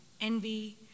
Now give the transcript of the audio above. envy